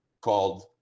called